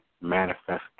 manifest